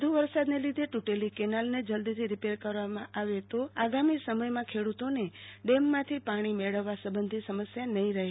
વધુ વરસાદને લીધે તૂટેલું કેનાલને જલ્દીથી રીપેર કરવામાં આવે તો આગામી સમયમાં ખેડૂતોને ડેમમાંથી પાણી મેળવવા સંબંધી સમસ્યા નહી રહે